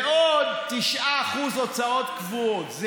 ועוד 9% הוצאות קבועות.